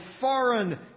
foreign